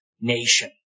nation